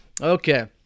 Okay